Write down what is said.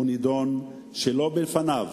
הוא נידון שלא בפניו